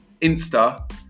Insta